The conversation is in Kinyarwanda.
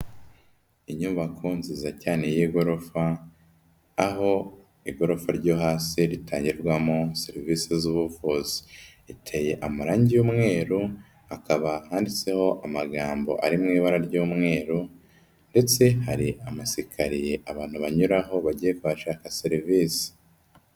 Inyubako nziza cyane y'igorofa, aho igorofa ryo hasi ritangirwamo serivisi z'ubuvuzi, iteye amarangi y'umweru hakaba handitseho amagambo ari mu ibara ry'umweru, ndetse hari amasikariye abantu banyuraho bagiye kuhashaka serivisi.